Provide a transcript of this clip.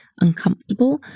uncomfortable